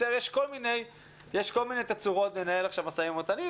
יש כל מיני תצורות לנהל עכשיו משא-ומתן,